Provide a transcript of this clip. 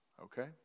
okay